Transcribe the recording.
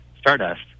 stardust